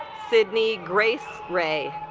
sidney grace ray